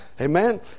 amen